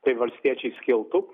tai valstiečiai skiltų